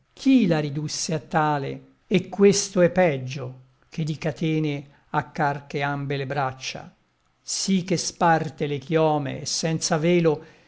chi la ridusse a tale e questo è peggio che di catene ha carche ambe le braccia sì che sparte le chiome e senza velo